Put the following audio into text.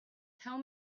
tell